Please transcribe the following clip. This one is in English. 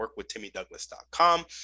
workwithtimmydouglas.com